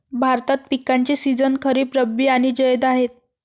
भारतात पिकांचे सीझन खरीप, रब्बी आणि जैद आहेत